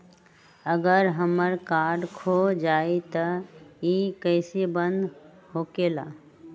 अगर हमर कार्ड खो जाई त इ कईसे बंद होकेला?